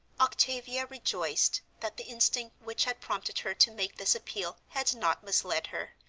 octavia rejoiced that the instinct which had prompted her to make this appeal had not misled her,